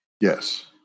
Yes